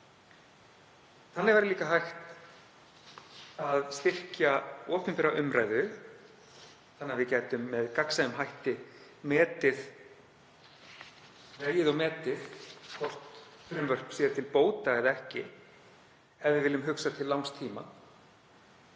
eftir væri líka hægt að styrkja opinbera umræðu þannig að við gætum með gagnsæjum hætti vegið og metið hvort frumvörp væru til bóta eða ekki ef við vildum hugsa til langs tíma.